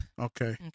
Okay